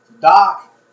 Doc